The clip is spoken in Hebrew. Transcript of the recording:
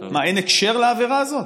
מה, אין הקשר לעבירה הזאת?